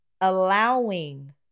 allowing